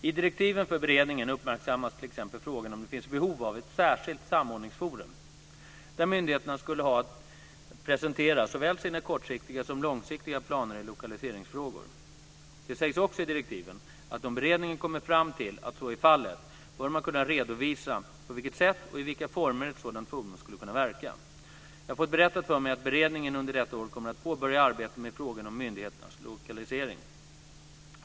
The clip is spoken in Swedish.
I direktiven för beredningen uppmärksammas t.ex. frågan om det finns behov av ett särskilt "samordningsforum" där myndigheterna skulle ha att presentera såväl sina kortsiktiga som sina långsiktiga planer i lokaliseringsfrågor. Det sägs också i direktiven att om beredningen kommer fram till att så är fallet bör man kunna redovisa på vilket sätt och i vilka former ett sådant forum skulle kunna verka. Jag har fått berättat för mig att beredningen under detta år kommer att påbörja arbetet med frågan om myndigheters lokalisering.